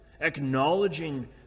acknowledging